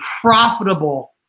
profitable